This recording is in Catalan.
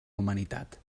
humanitat